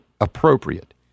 appropriate